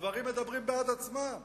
הדברים מדברים בעד עצמם.